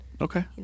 Okay